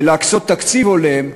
ולהקצות תקציב הולם,